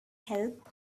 help